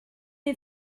neu